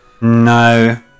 No